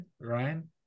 ryan